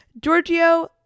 Giorgio